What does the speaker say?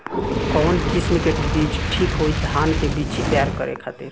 कवन किस्म के बीज ठीक होई धान के बिछी तैयार करे खातिर?